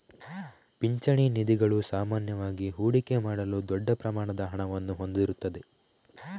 ಪಿಂಚಣಿ ನಿಧಿಗಳು ಸಾಮಾನ್ಯವಾಗಿ ಹೂಡಿಕೆ ಮಾಡಲು ದೊಡ್ಡ ಪ್ರಮಾಣದ ಹಣವನ್ನು ಹೊಂದಿರುತ್ತವೆ